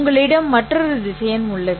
உங்களிடம் மற்றொரு திசையன் உள்ளது